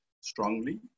strongly